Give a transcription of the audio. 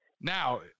Now